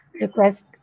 request